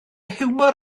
hiwmor